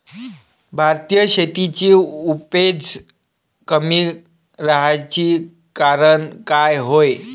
भारतीय शेतीची उपज कमी राहाची कारन का हाय?